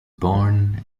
born